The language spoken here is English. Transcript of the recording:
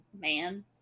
man